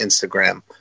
Instagram